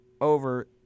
over